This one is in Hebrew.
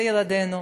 זה ילדינו.